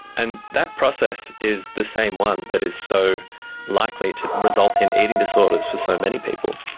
and that process is the same one that is so likely to result in eating disorders for so many people,